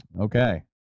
Okay